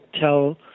tell